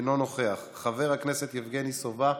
אינו נוכח, חבר הכנסת יבגני סובה,